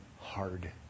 hard